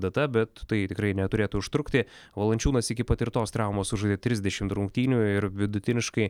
data bet tai tikrai neturėtų užtrukti valančiūnas iki patirtos traumos sužaidė trisdešim rungtynių ir vidutiniškai